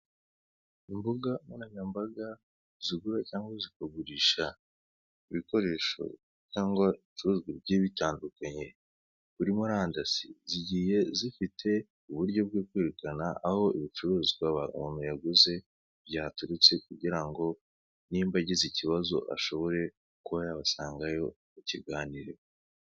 Imbuga nkoranyambaga, zigura cyangwa zikagurisha ibikoresho cyangwa ibicuruzwa bigiye bitandukanye, kuri murandasi, zigiye zifite uburyo bwo kwerekana aho ibicuruzwa umuntu yaguze byaturutse, kugira ngo nimba agize ikibazo, ashobore kuba yabasangayo, bakiganireho.